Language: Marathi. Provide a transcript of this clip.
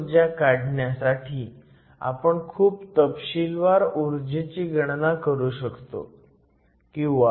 ही ऊर्जा काढण्यासाठी आपण खूप तपशीलवार ऊर्जेची गणना करू शकतो